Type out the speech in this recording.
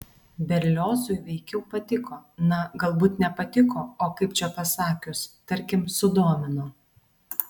berliozui veikiau patiko na galbūt ne patiko o kaip čia pasakius tarkim sudomino